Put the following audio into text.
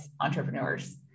entrepreneurs